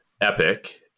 Epic